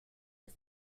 was